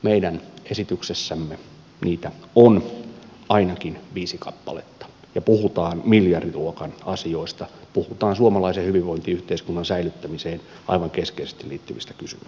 meidän esityksessämme niitä on ainakin viisi kappaletta ja puhutaan miljardiluokan asioista puhutaan suomalaisen hyvinvointiyhteiskunnan säilyttämiseen aivan keskeisesti liittyvistä kysymyksistä